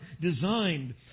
designed